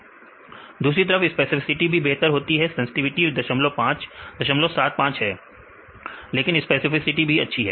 दूसरी तरफ स्पेसिफिसिटी भी बेहतर होती है सेंसटिविटी 075 है लेकिन स्पेसिफिसिटी भी अच्छी है